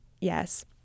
yes